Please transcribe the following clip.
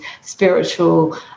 spiritual